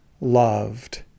loved